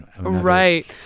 Right